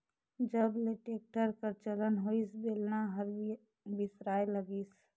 जब ले टेक्टर कर चलन होइस बेलना हर बिसराय लगिस